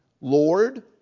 Lord